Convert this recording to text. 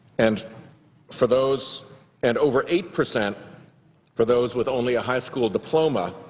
and for those and over eight percent for those with only a high school diploma,